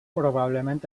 probablement